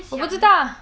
我不知道 lah